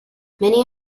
many